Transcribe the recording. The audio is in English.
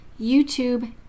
YouTube